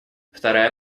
вторая